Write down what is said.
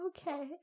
Okay